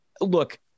Look